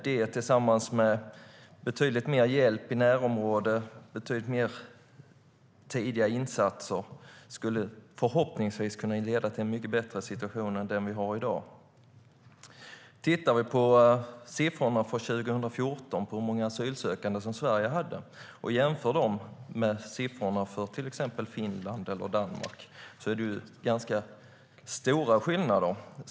Det tillsammans med betydligt mer hjälp i närområdet och betydligt fler tidiga insatser skulle förhoppningsvis kunna leda till en mycket bättre situation än den vi har i dag. Vi kan titta på siffrorna för 2014 över hur många asylsökande som Sverige hade och jämföra med siffrorna för till exempel Finland eller Danmark. Det är ganska stora skillnader.